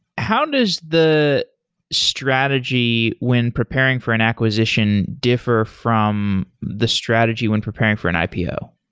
how does the strategy when preparing for an acquisition differ from the strategy when preparing for an ipo?